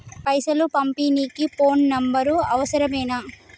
పైసలు పంపనీకి phone number అవసరమేనా?